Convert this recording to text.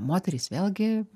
moterys vėlgi